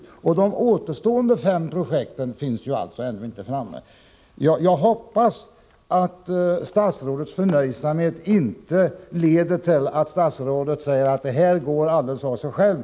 Avtal för de återstående fem projekten är ännu inte framtagna. Jag hoppas att statsrådets förnöjsamhet inte leder till att han säger: Detta går alldeles av sig självt.